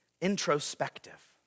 introspective